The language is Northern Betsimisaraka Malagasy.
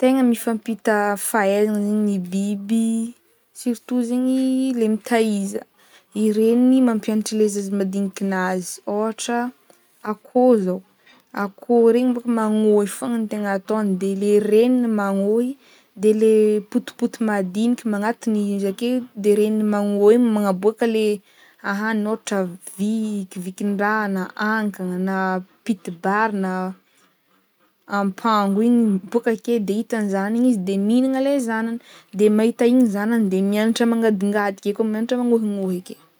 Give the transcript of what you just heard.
Tegna mifampita fahaizagna zegny biby surtout zegny le mitàiza i regniny mampiagnatry le zaza madinikinazy ôhatra akôho zao akôho regny bôka magnohy fogna no tegna ataony de le regniny magnôhy de le potipoty madiniky magnatony izy ake de regniny magnohy igny manaboaka le ahanigny ôhatra viki- vikindraha na ankagna na pitibary na ampango igny miboaka akeo de itan'ny zagnany izy de mihignana le zagnany de mahita igny zagnany de miagnatra mangadingadika de miagnatra magnohignohy ake.